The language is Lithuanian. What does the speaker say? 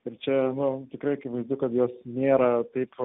ir čia nu tikrai akivaizdu kad jos nėra taip